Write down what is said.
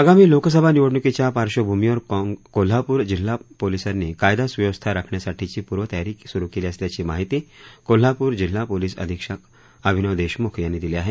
आगामी लोकसभा निवडणुकीच्या पार्श्वभूमीवर कोल्हापूर जिल्हा पोलिसांनी कायदा सुव्यवस्था राखण्यासाठीची पूर्वतयारी सूरु केली असल्याची माहिती कोल्हापूर जिल्हा पोलिस अधिक्षक अभिनव देशमुख यांनी दिली आहे